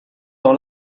dans